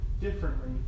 differently